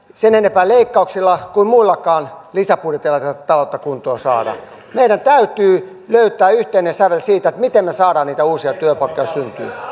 sen enempää leikkauksilla kuin muillakaan lisäbudjeteilla saa tätä taloutta kuntoon meidän täytyy löytää yhteinen sävel siitä miten me saamme niitä uusia työpaikkoja